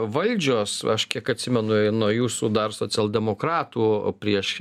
valdžios aš kiek atsimenu nuo jūsų dar socialdemokratų prieš